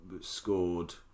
scored